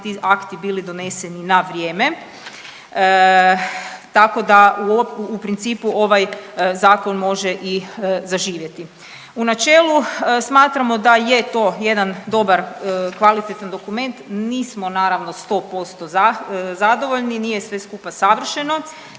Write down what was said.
ti akti bili doneseni na vrijeme tako da u principu, ovaj Zakon može i zaživjeti. U načelu smatramo da je to jedan dobar kvalitetan dokument. Nismo naravno, 100% zadovoljni, nije sve skupa savršeno.